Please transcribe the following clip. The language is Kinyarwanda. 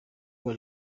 bwa